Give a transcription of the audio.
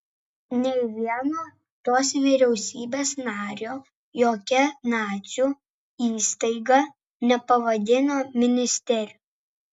nei vieno tos vyriausybės nario jokia nacių įstaiga nepavadino ministeriu